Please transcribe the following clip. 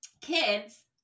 kids